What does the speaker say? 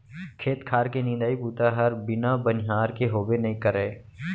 खेत खार के निंदई बूता हर बिना बनिहार के होबे नइ करय